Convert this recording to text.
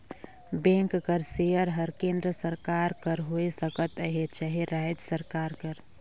bank कर share हर केन्द्र सरकार कर होए सकत अहे चहे राएज सरकार कर